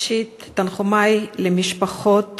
ראשית, תנחומי למשפחות